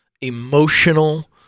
emotional